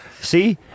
see